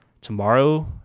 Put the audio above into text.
Tomorrow